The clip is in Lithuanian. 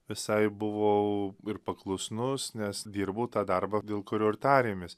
visai buvau ir paklusnus nes dirbu tą darbą dėl kurio ir tarėmės